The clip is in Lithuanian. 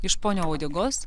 iš ponio uodegos